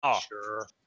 Sure